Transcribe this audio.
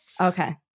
Okay